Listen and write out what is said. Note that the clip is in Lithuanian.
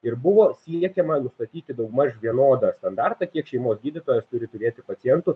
ir buvo siekiama nustatyti daugmaž vienodą standartą kiek šeimos gydytojas turi turėti pacientų